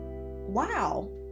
wow